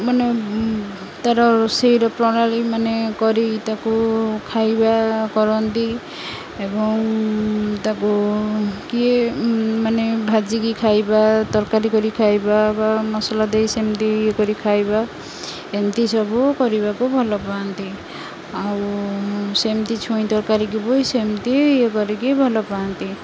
ମାନେ ତାର ରୋଷେଇର ପ୍ରଣାଳୀ ମାନେ କରି ତାକୁ ଖାଇବା କରନ୍ତି ଏବଂ ତାକୁ କିଏ ମାନେ ଭାଜିକି ଖାଇବା ତରକାରୀ କରି ଖାଇବା ବା ମସଲା ଦେଇ ସେମିତି ଇଏ କରି ଖାଇବା ଏମିତି ସବୁ କରିବାକୁ ଭଲ ପାଆନ୍ତି ଆଉ ସେମିତି ଛୁଇଁ ତରକାରୀକି ବି ସେମିତି ଇଏ କରିକି ଭଲ ପାଆନ୍ତି